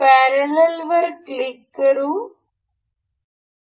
parallel वर click करू